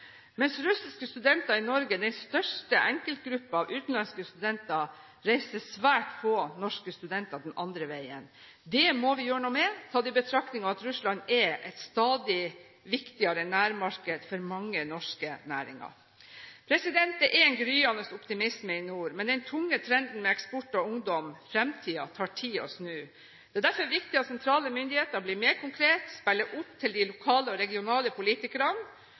Mens russiske studenter i Norge er den største enkeltgruppe av utenlandske studenter, reiser svært få norske studenter den andre veien. Det må vi gjøre noe med, tatt i betraktning at Russland er et stadig viktigere nærmarked for mange norske næringer. Det er en gryende optimisme i nord. Men den tunge trenden med eksport av ungdom, fremtiden, tar tid å snu. Det er derfor viktig at sentrale myndigheter blir mer konkrete, spiller opp til de lokale og regionale politikerne.